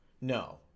No